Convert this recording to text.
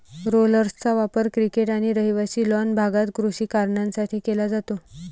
रोलर्सचा वापर क्रिकेट आणि रहिवासी लॉन भागात कृषी कारणांसाठी केला जातो